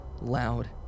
loud